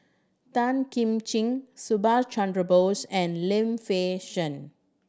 Tan Kim Ching Subhas Chandra Bose and Lim Fei Shen